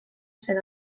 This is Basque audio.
zen